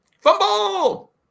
Fumble